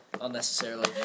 Unnecessarily